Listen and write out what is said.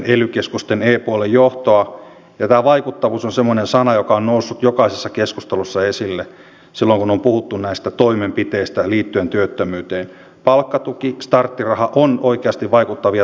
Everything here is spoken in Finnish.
sinänsä opposition edustajat ovat oikeassa että kyllä tässä eriarvoisuus eri kunnissa on vaarana revetä mutta sehän on tietenkin kunnan toimivaltaan liittyvä kysymys missä määrin he perivät asiakasmaksuja ja minkä suuruisina